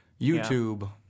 youtube